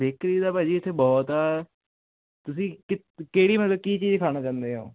bakery ਦਾ ਭਾਅ ਜੀ ਇਥੇ ਬਹੁਤ ਆ ਤੁਸੀਂ ਕਿਹੜੀ ਮਤਲਬ ਕੀ ਚੀਜ਼ ਖਾਣਾ ਚਾਹੁੰਦੇ ਹੋ